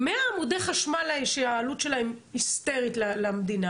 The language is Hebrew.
מעמודי חשמל שהעלות שלהם היסטרית למדינה